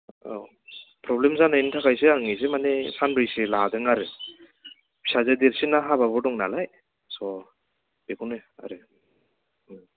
औ प्रब्लेम जानायनि थाखायसो आं इसे माने सानब्रैसो लादों आरो फिसाजो देरसिना हाबाबो दङ' नालाय स' बेखौनो आरो